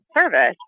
service